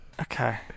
Okay